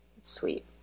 sweet